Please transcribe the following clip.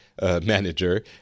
manager